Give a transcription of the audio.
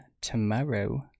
tomorrow